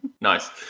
Nice